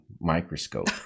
microscope